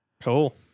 Cool